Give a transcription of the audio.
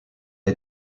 est